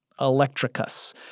electricus